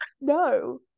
no